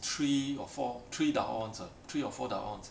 three or four three dahons ah three or four dahons